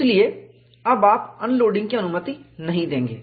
इसलिए अब आप अनलोडिंग की अनुमति नहीं देंगे